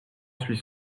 suis